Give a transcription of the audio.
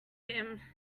him